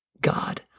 God